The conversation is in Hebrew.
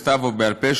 בכתב או בעל-פה,